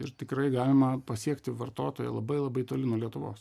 ir tikrai galima pasiekti vartotoją labai labai toli nuo lietuvos